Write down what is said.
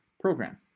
program